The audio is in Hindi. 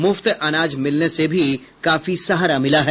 मुफ्त अनाज मिलने से भी काफी सहारा मिला है